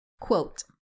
Quote